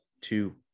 two